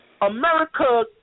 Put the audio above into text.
america